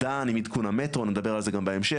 דן עם עדכון המטרו נדבר על זה גם בהמשך,